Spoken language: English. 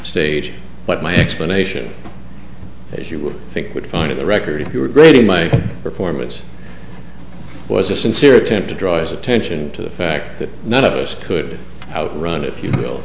stage but my explanation as you would think would find it the record if you were grading my performance was a sincere attempt to draw attention to the fact that none of us could out run if you will